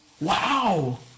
Wow